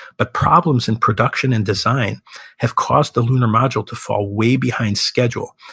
but problems in production and design have caused the lunar module to fall way behind schedule.